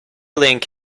link